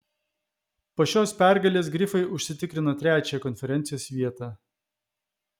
po šios pergalės grifai užsitikrino trečią konferencijos vietą